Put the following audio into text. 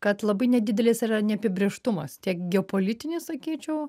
kad labai nedidelis yra neapibrėžtumas tiek geopolitinė sakyčiau